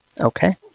Okay